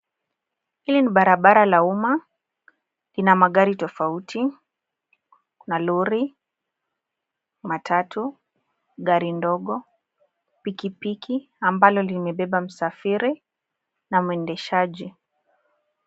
Hii ni barabara la uma ina magari tofauti kuna lori, matatu, gari ndogo, pikipiki amabalo limebeba msafiri na mwendeshaji.